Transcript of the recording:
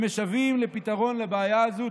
שמשוועים לפתרון לבעיה הזו.